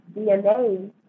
DNA